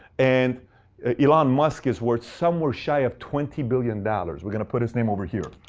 and elon musk is worth somewhere shy of twenty billion dollars. we're going to put his name over here.